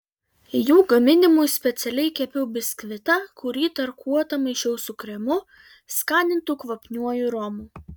jų gaminimui specialiai kepiau biskvitą kurį tarkuotą maišiau su kremu skanintu kvapniuoju romu